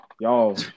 Y'all